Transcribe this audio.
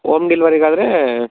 ohm ಡಿಲ್ವರಿಗಾದರೆ